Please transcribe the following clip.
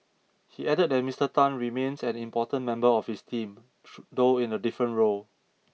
he added that Mister Tan remains an important member of his team should though in a different role